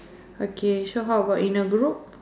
okay so how about in a group